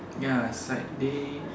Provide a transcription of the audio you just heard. ya it's like they